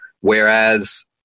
whereas